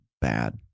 bad